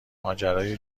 ماجرای